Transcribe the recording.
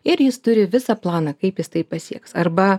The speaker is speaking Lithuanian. ir jis turi visą planą kaip jis tai pasieks arba